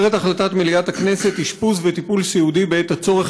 אומרת החלטת מליאת הכנסת: אשפוז וטפול סיעודי בעת הצורך